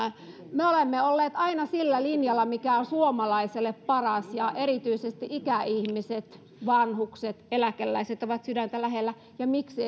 me olemme olleet aina sillä linjalla mikä on suomalaiselle paras ja erityisesti ikäihmiset vanhukset eläkeläiset ovat sydäntä lähellä ja miksi